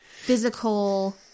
physical